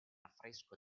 affresco